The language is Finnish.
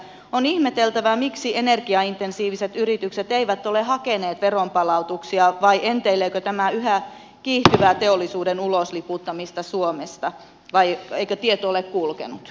on ihmeteltävä miksi energiaintensiiviset yritykset eivät ole hakeneet veronpalautuksia vai enteileekö tämä yhä kiihtyvää teollisuuden ulosliputtamista suomesta vai eikö tieto ole kulkenut